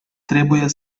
trebuie